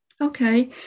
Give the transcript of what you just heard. okay